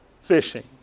fishing